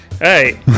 Hey